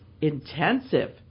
intensive